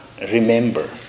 Remember